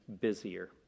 busier